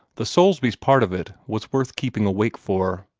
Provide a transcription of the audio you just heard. the soulsbys' part of it was worth keeping awake for.